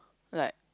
like